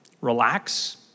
Relax